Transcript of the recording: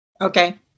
Okay